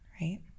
right